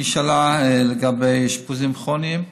היא שאלה לגבי אשפוזים כרוניים.